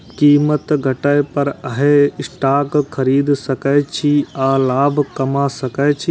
कीमत घटै पर अहां स्टॉक खरीद सकै छी आ लाभ कमा सकै छी